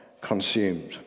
consumed